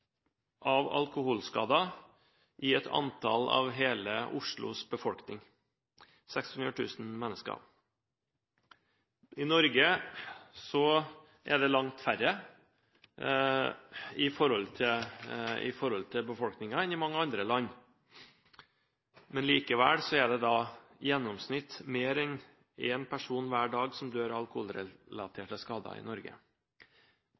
av alkoholskader som hele Oslos befolkning – 600 000 mennesker. I Norge er det langt færre i forhold til befolkningen enn i mange andre land. Men likevel er det i gjennomsnitt mer enn én person hver dag som dør av alkoholrelaterte skader i Norge.